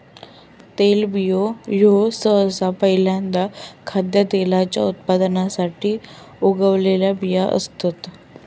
तेलबियो ह्यो सहसा पहील्यांदा खाद्यतेलाच्या उत्पादनासाठी उगवलेला बियो असतत